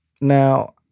Now